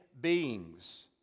beings